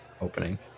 opening